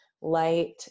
light